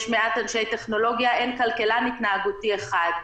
יש מעט אנשי טכנולוגיה ואין כלכלן התנהגותי אחד.